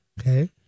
Okay